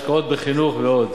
השקעות בחינוך ועוד.